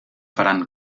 faran